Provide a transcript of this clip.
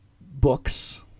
books